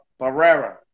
Barrera